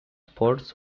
ports